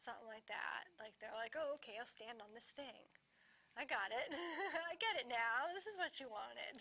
something like that like they're like ok i stand on this thing i got it i get it now this is what you want